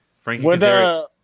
Frankie